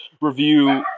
review